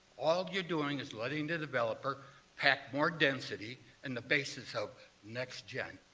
all you are doing is letting the developer pack more density in the basis of next gen.